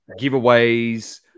giveaways